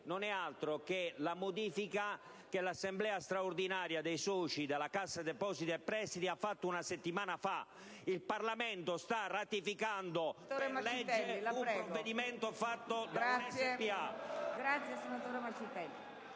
non è altro che la modifica che l'assemblea straordinaria dei soci della Cassa depositi e prestiti ha fatto una settimana fa. Il Parlamento sta ratificando per legge un provvedimento fatto da una